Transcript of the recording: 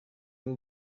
bwo